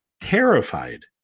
terrified